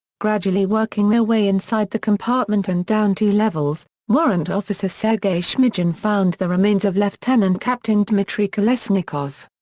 gradually working their way inside the compartment and down two levels, warrant officer sergei shmygin found the remains of lieutenant-captain dmitry kolesnikov.